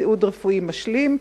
תקציב ציוד רפואי משלים?